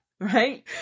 right